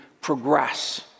Progress